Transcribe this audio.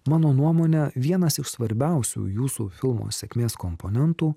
mano nuomone vienas iš svarbiausių jūsų filmo sėkmės komponentų